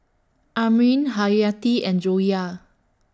Amrin Haryati and Joyah